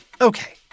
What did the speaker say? Okay